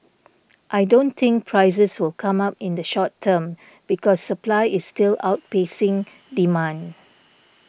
I don't think prices will come up in the short term because supply is still outpacing demand